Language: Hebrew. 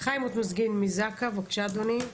חיים אוטמזגין מזק"א, בבקשה אדוני.